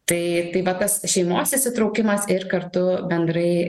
tai tai va tas šeimos įsitraukimas ir kartu bendrai